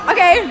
Okay